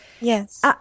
Yes